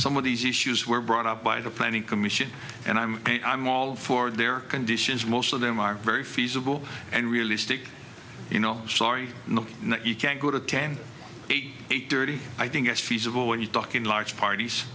some of these issues were brought up by the planning commission and i'm i'm all for their conditions most of them are very feasible and realistic you know sorry you can't go to ten eight eight thirty i think it's feasible when you talk in large parties